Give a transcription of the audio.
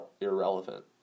irrelevant